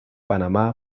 panamá